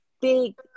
big